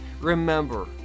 Remember